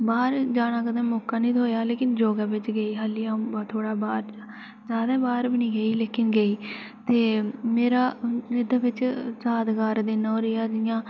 बाहर जानै दा कदें मौका निं थ्होआ लेकिन योगा बिच गेई खाल्ली बाहर जादै बाहर बी नेईं गेई लेकिन गेई ते मेरा बिच चार चार दिन ओह् रेहा जियां